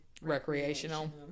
recreational